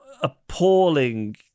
appalling